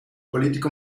político